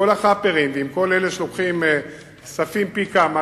עם כל ה"חאפרים" וכל אלה שלוקחים כספים פי כמה,